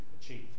achieve